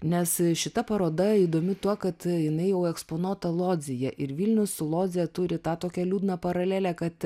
nes šita paroda įdomi tuo kad jinai jau eksponuota lodzėje ir vilnius su lodze turi tą tokią liūdną paralelę kad